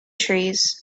trees